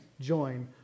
Join